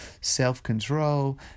self-control